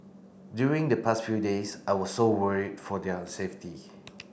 during the past few days I was so worried for their safety